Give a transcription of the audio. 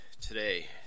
today